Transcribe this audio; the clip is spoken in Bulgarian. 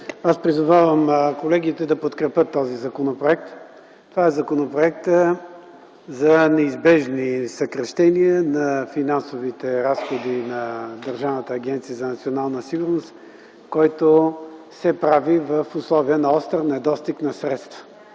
Аз призовавам колегите да подкрепят този законопроект. Това е законопроектът за неизбежни съкращения на финансовите разходи на Държавната агенция за национална сигурност, който се прави в условия на остър недостиг на средства.